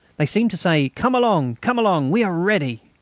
they seemed to say, come along, come along. we are ready.